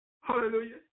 Hallelujah